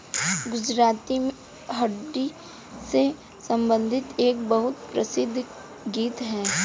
गुजराती में हुंडी से संबंधित एक बहुत प्रसिद्ध गीत हैं